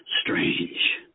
Strange